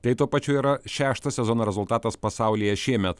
tai tuo pačiu yra šeštas sezono rezultatas pasaulyje šiemet